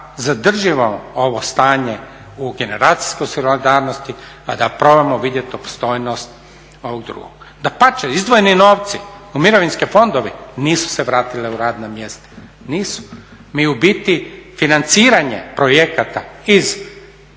zadržimo ovo stanje u generacijskoj solidarnosti, a da probamo vidjeti opstojnost ovog drugog. Dapače, izdvojeni novci u mirovinske fondove nisu se vratili u radna mjesta, nisu. mi u biti financiranje projekata iz